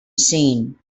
scene